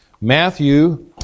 Matthew